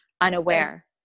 unaware